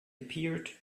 appeared